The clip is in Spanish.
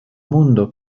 mundo